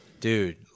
Dude